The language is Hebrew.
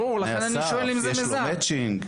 לשר יש מאצ'ינג.